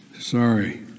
Sorry